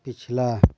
पिछला